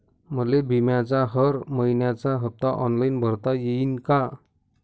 मले बिम्याचा हर मइन्याचा हप्ता ऑनलाईन भरता यीन का?